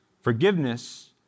Forgiveness